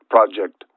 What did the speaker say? Project